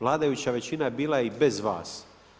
Vladajuća većina je bila i bez vas.